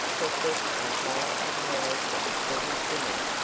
professed a high admiration for his singing,